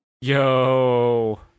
Yo